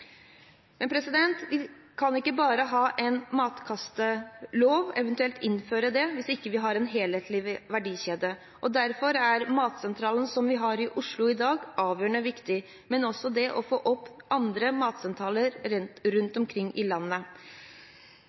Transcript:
Vi kan ikke bare ha en matkastelov, eventuelt innføre det, hvis vi ikke har en helhetlig verdikjede. Derfor er Matsentralen som vi har i Oslo i dag, avgjørende viktig, og også det å få opp andre matsentraler rundt omkring i landet.